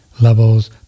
levels